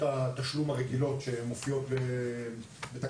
כל ההגדרות הקודמות היה בנוסח שהונח לפניכם הגדרה של הקרן,